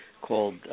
called